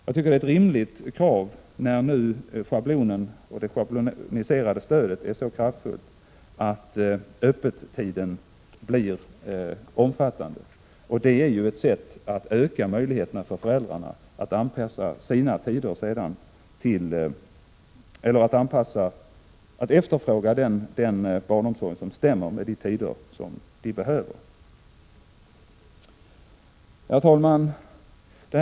Jag tycker det är ett rimligt krav, när nu det schabloniserade stödet är så kraftfullt, att öppettiderna blir omfattande. Det är ett sätt att öka möjligheterna för föräldrarna att efterfråga den barnomsorg som stämmer med de tider då de behöver ha tillgång till barnomsorg. Fru talman!